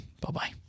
bye-bye